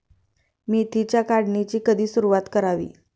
मेथीच्या काढणीची कधी सुरूवात करावी?